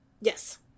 Yes